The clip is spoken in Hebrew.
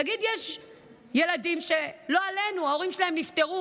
נגיד שיש ילדים שלא עלינו ההורים שלהם נפטרו,